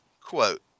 quote